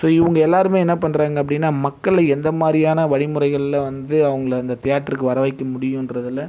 so இவங்க எல்லோருமே என்ன பண்ணுறாங்க அப்படின்னா மக்களை எந்த மாதிரியானா வழிமுறைகளில் வந்து அவங்கள அந்த தியேட்டருக்கு வர வைக்க முடியும்ன்றதுல